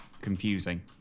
confusing